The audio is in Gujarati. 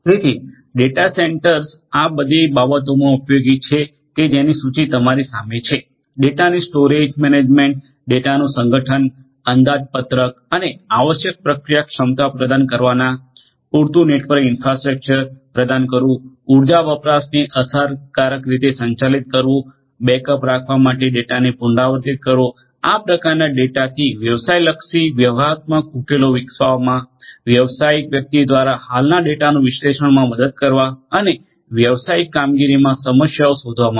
તેથી ડેટા સેન્ટર્સ આ બધી બાબતોમાં ઉપયોગી છે કે જેની સૂચિ તમારી સામે છે ડેટાની સ્ટોરેજ મેનેજમેન્ટ ડેટાનું સંગઠન અંદાજપત્રક અને આવશ્યક પ્રક્રિયા ક્ષમતા પ્રદાન કરવાના પૂરતુ નેટવર્ક ઇન્ફ્રાસ્ટ્રક્ચર પ્રદાન કરવુ ઉર્જા વપરાશને અસરકારક રીતે સંચાલિત કરવુ બેકઅપ રાખવા માટે ડેટાને પુનરાવર્તિત કરવો આ પ્રકારના ડેટાથી વ્યવસાયલક્ષી વ્યૂહાત્મક ઉકેલો વિકસાવવા વ્યવસાયિક વ્યક્તિ ઘ્વારા હાલના ડેટાનું વિશ્લેષણમા મદદ કરવા અને વ્યવસાયિક કામગીરીમાં સમસ્યાઓ શોધવા માટે